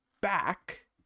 back